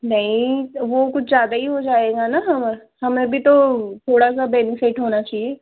नहीं वह कुछ ज़्यादा ही हो जाएगा ना हमें भी तो थोड़ा सा बेनीफिट होना चहिए